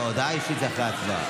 לא, הודעה אישית, אחרי הצבעה.